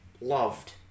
loved